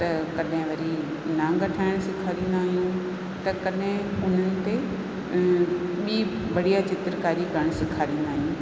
त कॾहिं वरी नांग ठाहिण सेखारींदा आहियूं त कॾहिं उन्हनि ते ॿीं बढ़िया चित्रकारी करण सेखारींदा आहियूं